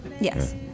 Yes